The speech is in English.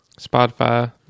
Spotify